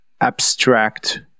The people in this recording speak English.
abstract